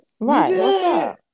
Right